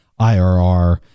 IRR